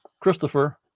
Christopher